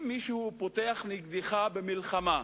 אם מישהו פותח נגדך במלחמה,